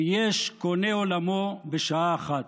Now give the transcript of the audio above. ויש קונה עולמו בשעה אחת.